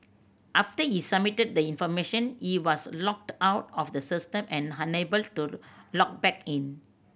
after he submitted the information he was logged out of the system and unable to log back in